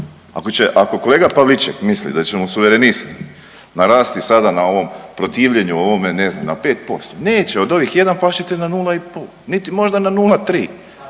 Ako kolega Pavliček misli da će mu Suverenisti narasti sada na ovom protivljenju ovome ne znam na 5%. Neće, od ovih 1 past ćete na nula i pol, niti možda na 0,3.